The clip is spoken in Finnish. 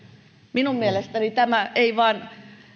minun mielestäni tämä ei vain